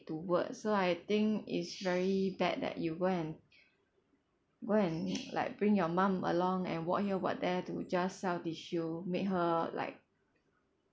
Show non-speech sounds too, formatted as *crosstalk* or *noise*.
to work so I think it's very bad that you go and go and *noise* like bring your mum along and walk here walk there to just sell tissue make her like